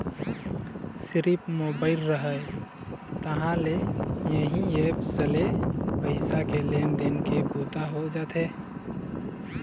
सिरिफ मोबाईल रहय तहाँ ले इही ऐप्स ले पइसा के लेन देन के बूता हो जाथे